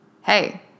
Hey